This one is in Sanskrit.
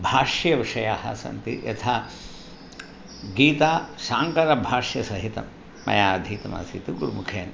भाष्यविषयाः सन्ति यथा गीता शाङ्करभाष्यसहितं मया अधीतमासीत् गुरुमुखेन